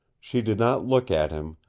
she did not look at him,